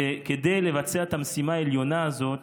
כדי לבצע את המשימה העליונה הזו,